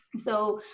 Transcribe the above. so,